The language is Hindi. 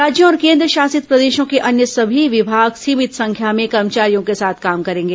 राज्यों और केंद्रशासित प्रदेशों के अन्य सभी विभाग सीमित संख्या में कर्मचारियों के साथ काम करेंगे